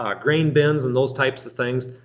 um grain bins and those types of things,